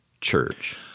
church